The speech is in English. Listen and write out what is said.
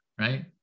right